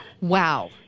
Wow